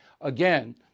Again